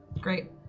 Great